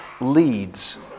leads